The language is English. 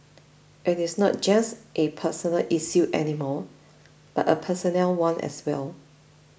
it is not just a personal issue any more but a personnel one as well